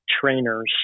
trainers